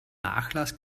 nachlass